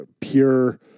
pure